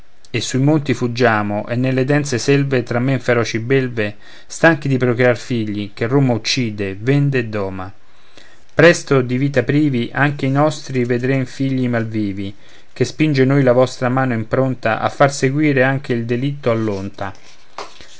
e sui monti fuggiamo e nelle dense selve tra men feroci belve stanchi di procrear figli che roma uccide vende doma presto di vita privi anche i nostri vedrem figli mal vivi ché spinge noi la vostra mano impronta a far seguire anche il delitto all'onta